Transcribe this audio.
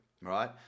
right